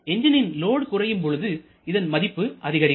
எஞ்ஜினின் load குறையும் பொழுது இதன் மதிப்பு அதிகரிக்கும்